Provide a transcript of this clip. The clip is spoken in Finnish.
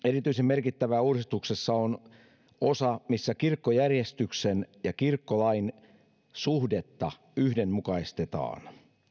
erityisen merkittävää uudistuksessa on osa missä kirkkojärjestyksen ja kirkkolain suhdetta yhdenmukaistetaan